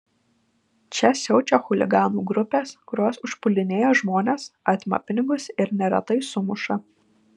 čia siaučia chuliganų grupės kurios užpuldinėja žmones atima pinigus ir neretai sumuša